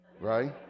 right